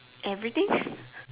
everything